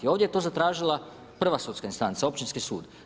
Ovdje je to zatražila prva sudska instanca, općinski sud.